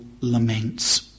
laments